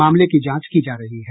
मामले की जांच की जा रही है